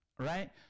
right